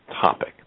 topic